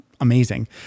amazing